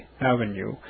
Avenue